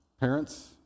parents